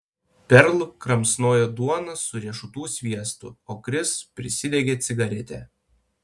perl kramsnojo duoną su riešutų sviestu o kris prisidegė cigaretę